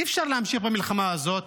אי-אפשר להמשיך במלחמה הזאת,